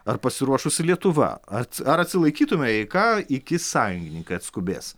ar pasiruošusi lietuva ats ar atsilaikytume jei ką iki sąjungininkai atskubės